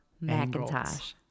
Macintosh